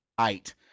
eight